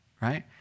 right